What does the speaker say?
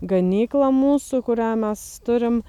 ganykla mūsų kurią mes turim